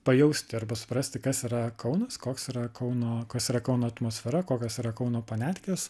pajausti arba suprasti kas yra kaunas koks yra kauno kas yra kauno atmosfera kokios yra kauno paniatkės